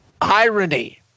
Irony